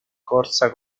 corsa